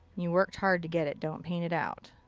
you worked hard to get it. don't paint it out.